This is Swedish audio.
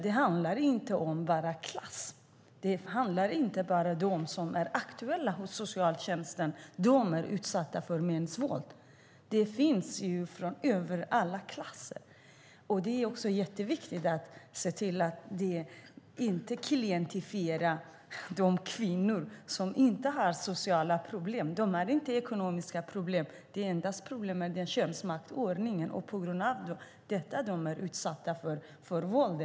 Det handlar inte bara om klass. Det är inte bara de som är aktuella hos socialtjänsten som är utsatta för mäns våld. De finns i alla klasser. Det är också jätteviktigt att se till att inte klientifiera de kvinnor som inte har sociala problem. De har inte ekonomiska problem. Deras enda problem är könsmaktsordningen, och på grund av den är de utsatta för våld.